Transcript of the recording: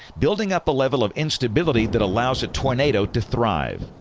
building up a level of instability that allows a tornado to thrive.